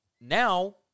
now